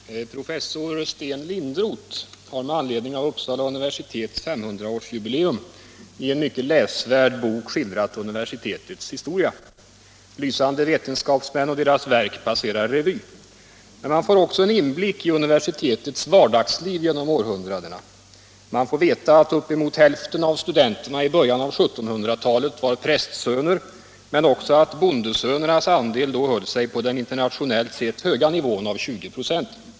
Herr talman! Professor Sten Lindroth har med anledning av Uppsala universitets 500-årsjubileum i en mycket läsvärd bok skildrat universitetets historia. Lysande vetenskapsmän och deras verk passerar revy. Men man får också en inblick i universitetets vardagsliv genom århundraden. Man får veta att uppemot hälften av studenterna i början av 1700-talet var prästsöner men också att bondesönernas andel då höll sig på den internationellt sett höga nivån av 20 96.